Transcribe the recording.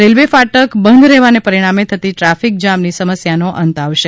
railway ફાટક બંધ રહેવાને પરિણામે થતી ટ્રાફિક જામની સમસ્યાનો અંત આવશે